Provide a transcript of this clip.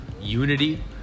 unity